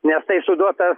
nes tai suduota